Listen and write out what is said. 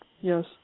yes